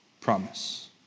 promise